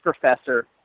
professor